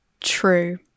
true